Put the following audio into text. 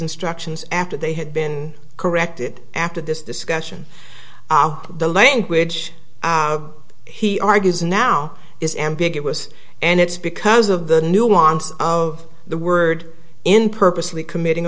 instructions after they had been corrected after this discussion of the language he argues now is ambiguous and it's because of the nuance of the word in purposely committing